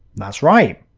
that's right,